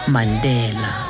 Mandela